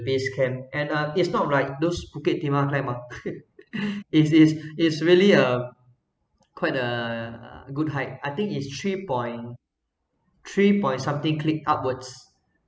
base camp and uh it's not like those bukit timah climb ah it's it's it's really a quite a good hike I think it's three point three point something clicks upwards